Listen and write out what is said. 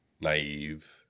naive